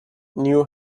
new